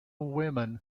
women